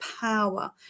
power